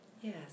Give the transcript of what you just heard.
Yes